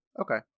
okay